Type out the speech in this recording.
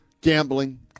Gambling